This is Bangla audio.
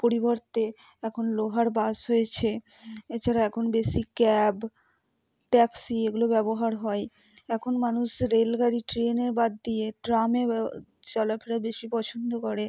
পরিবর্তে এখন লোহার বাস হয়েছে এছাড়া এখন বেশি ক্যাব ট্যাক্সি এগুলো ব্যবহার হয় এখন মানুষ রেলগাড়ি ট্রেনে বাদ দিয়ে ট্রামে চলাফেরা বেশি পছন্দ করে